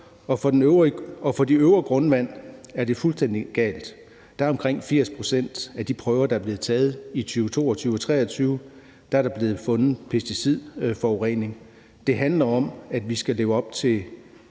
og for det øvre grundvand er det fuldstændig galt. Der er der i omkring 80 pct. af de prøver, der blev taget i 2022 og 2023, blevet fundet pesticidforurening. Det handler om, at vi skal leve op til